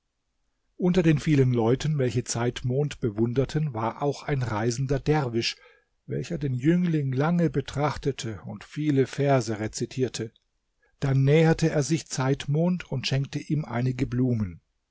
unter den vielen leuten welche zeitmond bewunderten war auch ein reisender derwisch welcher den jüngling lange betrachtete und viele verse rezitierte dann näherte er sich zeitmond und schenkte ihm einige blumen